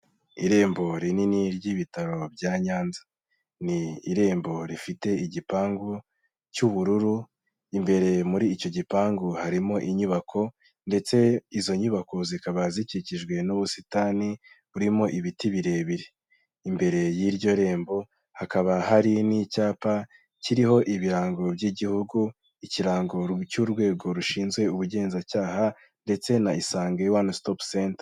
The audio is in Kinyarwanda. Irembo rinini ry'ibitaro bya nyanza. Ni irembo rifite igipangu cy'ubururu, imbere muri icyo gipangu harimo inyubako ndetse izo nyubako zikaba zikikijwe n'ubusitani burimo ibiti birebire. Imbere y'iryo rembo, hakaba hari n'icyapa kiriho ibirango by'igihugu, ikirango cy'urwego rushinzwe ubugenzacyaha ndetse na isange wani sitopu senta.